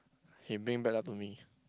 he bring bad luck to me